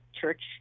church